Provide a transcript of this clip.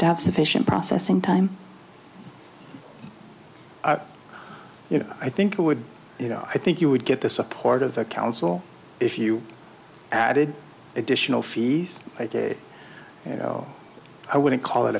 have sufficient processing time you know i think it would you know i think you would get the support of the council if you added additional fees you know i wouldn't call it